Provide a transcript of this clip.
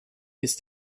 ist